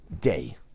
day